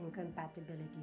incompatibility